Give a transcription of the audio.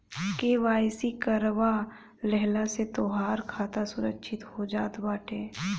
KYC करवा लेहला से तोहार खाता सुरक्षित हो जात बाटे